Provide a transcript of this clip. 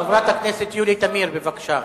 חברת הכנסת יולי תמיר, בבקשה.